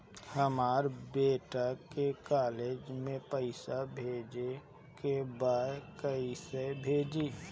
हमर बेटा के कॉलेज में पैसा भेजे के बा कइसे भेजी?